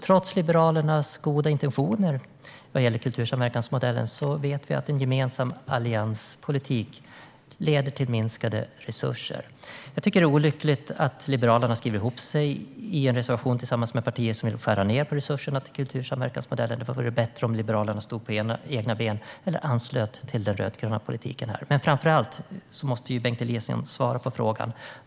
Trots Liberalernas goda intentioner vad gäller kultursamverkansmodellen vet vi att en gemensam allianspolitik leder till minskade resurser. Jag tycker att det är olyckligt att Liberalerna har skrivit ihop sig i en reservation tillsammans med partier som vill skära ned på resurserna till kultursamverkansmodellen. Det vore bättre om Liberalerna stod på egna ben eller anslöt till den rödgröna politiken på det här området. Men framför allt måste Bengt Eliasson svara på min fråga.